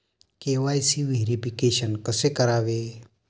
KYC verification कसे करावे?